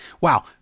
Wow